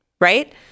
right